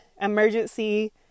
emergency